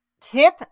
tip